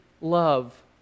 love